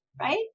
right